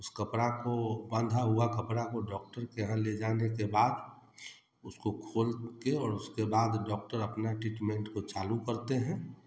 उस कपड़ा को बांधा हुआ कपड़ा को डॉक्टर के यहाँ ले जाने के बाद उसको खोलके और उसके बाद डॉक्टर अपना ट्रीटमेंट को चालू करते हैं